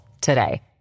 today